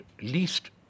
least